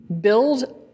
build